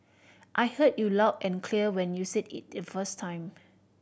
I heard you loud and clear when you said it the first time